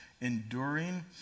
Enduring